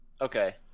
Okay